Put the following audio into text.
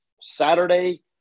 saturday